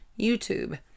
YouTube